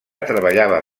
treballava